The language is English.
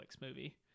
movie